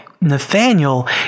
Nathaniel